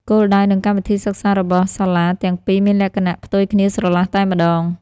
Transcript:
គោលដៅនិងកម្មវិធីសិក្សារបស់សាលាទាំងពីរមានលក្ខណៈផ្ទុយគ្នាស្រឡះតែម្តង។